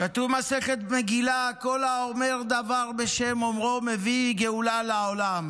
כתוב במסכת מגילה: כל האומר דבר בשם אומרו מביא גאולה לעולם.